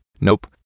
Nope